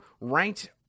ranked